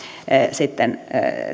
sitten